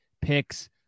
Picks